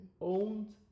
owned